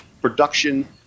production